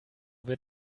wird